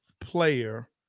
player